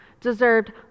deserved